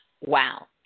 wow